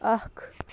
اکھ